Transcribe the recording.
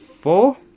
four